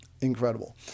Incredible